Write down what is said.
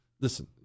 Listen